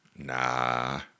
Nah